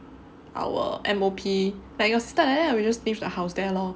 our M_O_P like your sister like that lah we just leave the house there lor